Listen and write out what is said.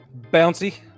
bouncy